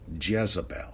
Jezebel